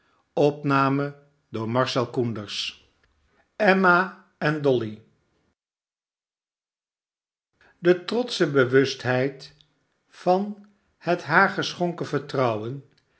emma en dolly de trotsche bewustheid van het haar geschonken vertrouwen